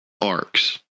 arcs